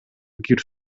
кир